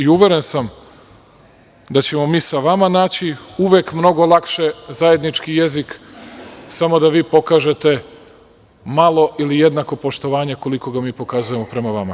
Uveren sam da ćemo mi sa vama naći uvek mnogo lakše zajednički jezik, samo da vi pokažete malo ili jednako poštovanja koliko mi pokazujemo prema vama.